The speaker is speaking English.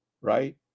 right